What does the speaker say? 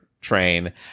train